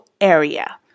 area